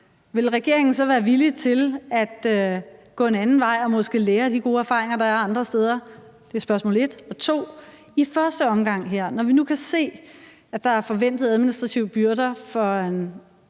vil regeringen så være villig til at gå en anden vej og måske lære af de gode erfaringer, der er andre steder? Det er det ene spørgsmål. Det andet spørgsmål er, om regeringen, når vi nu her i første omgang kan se, at der er forventede administrative byrder for en